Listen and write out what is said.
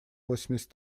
восемьдесят